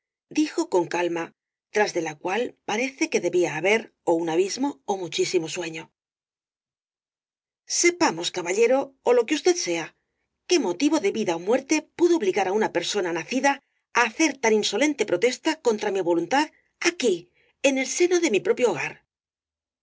dijo con calma tras de la cual parece que debía haber ó un abismo ó muchísimo sueño sepamos caballero ó lo que usted sea qué motivo de vida ó muerte pudo obligar á una persona nacida á hacer tan insolente protesta contra mi voluntad aquí en el seno de mi propio hogar